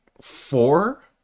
four